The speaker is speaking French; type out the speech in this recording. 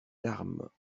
larmes